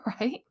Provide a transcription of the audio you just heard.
right